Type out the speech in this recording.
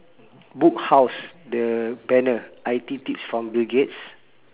book house the banner I_T tips from bill gates